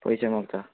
पयशे मागता